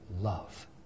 love